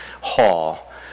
Hall